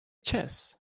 chess